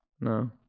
No